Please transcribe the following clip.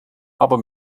aber